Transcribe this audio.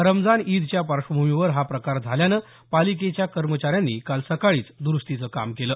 रमजान ईदच्या पार्श्वभूमीवर हा प्रकार झाल्यामुळे पालिकेच्या कर्मचाऱ्यांनी काल सकाळीच द्रूस्तीचं काम केलं